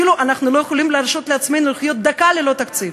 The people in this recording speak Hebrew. אפילו אנחנו לא יכולים להרשות לעצמנו להיות דקה ללא תקציב.